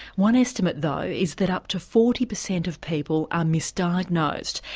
one estimate though is that up to forty percent of people are misdiagnosed.